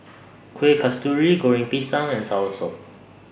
Kuih Kasturi Goreng Pisang and Soursop